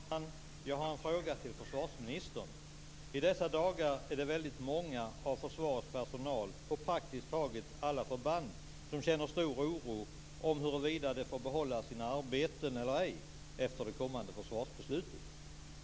Herr talman! Jag har en fråga till försvarsministern. I dessa dagar är det när det gäller försvarets personal väldigt många, på praktiskt taget alla förband, som känner stor oro för om de får behålla sina arbeten eller ej efter det kommande försvarsbeslutet.